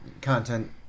content